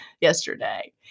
yesterday